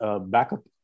backup